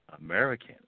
American